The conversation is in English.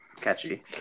catchy